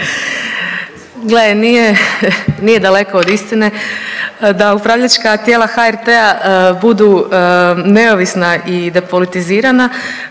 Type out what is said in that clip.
nije, nije daleko od istine, da upravljačka tijela HRT-a budu neovisna i depolitizirana,